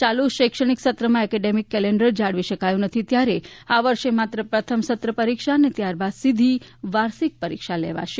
ચાલુ શૈક્ષણિક સત્રમાં એકેડેમિક કેલેન્ડર જાળવી શકાયું નથી ત્યારે આ વર્ષે માત્ર પ્રથમ સત્ર પરીક્ષા અને ત્યાર બાદ સીધી વાર્ષિક પરીક્ષા લેવાશે